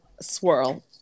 swirl